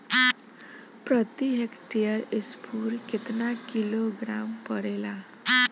प्रति हेक्टेयर स्फूर केतना किलोग्राम परेला?